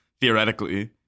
theoretically